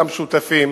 מבחינתי, כולם שותפים.